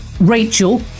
Rachel